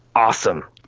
awesome,